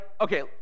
okay